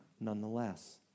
nonetheless